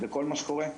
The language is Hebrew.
וכל מה שקורה.